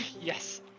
Yes